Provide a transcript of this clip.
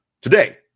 Today